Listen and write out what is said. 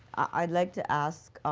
i'd like to ask